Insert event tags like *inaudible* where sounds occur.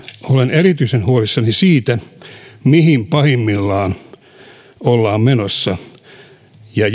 erityisen huolissani siitä mihin pahimmillaan ollaan menossa ja *unintelligible*